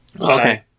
Okay